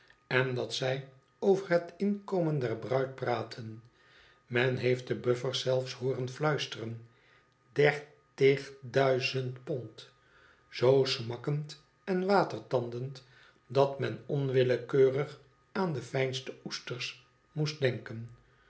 en dat zij over het inkomen der bruid praten men heeft de bufiferszelfe hooren fluisteren der tig dui zend po nd z smakkend en watertandend dat men onwillekeurig aan de fijnste oesters moest denken